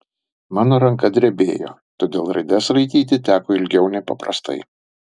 mano ranka drebėjo todėl raides raityti teko ilgiau nei paprastai